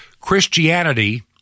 Christianity